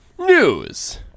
News